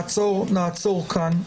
נעצור כאן.